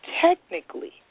technically